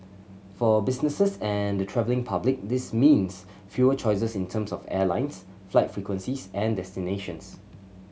for businesses and the travelling public this means fewer choices in terms of airlines flight frequencies and destinations